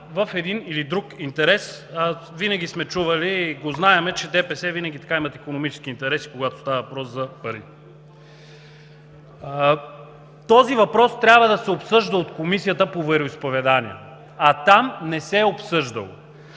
в един или друг интерес. А винаги сме чували и го знаем, че ДПС винаги имат икономически интереси, когато става въпрос за пари. Този въпрос трябва да се обсъжда от Комисията по вероизповеданията, а там не се е обсъждал.